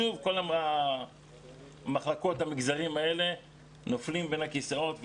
שוב כל מגזרים האלה נופלים בין הכיסאות.